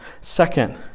Second